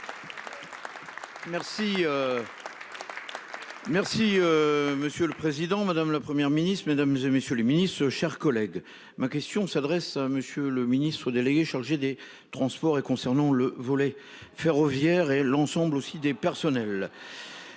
Merci. Monsieur le président, madame, la Première ministre Mesdames et messieurs les Ministres ce chers collègues, ma question s'adresse à Monsieur le Ministre délégué chargé des Transports et concernant le volet ferroviaire et l'ensemble aussi des personnels.